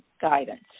guidance